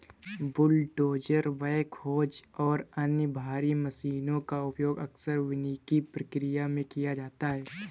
bulldozer backhoes और अन्य भारी मशीनों का उपयोग अक्सर वानिकी प्रक्रिया में किया जाता है